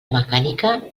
mecànica